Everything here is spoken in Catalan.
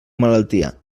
malaltia